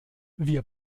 wir